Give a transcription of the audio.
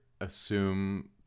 assume